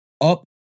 Up